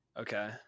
Okay